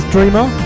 Dreamer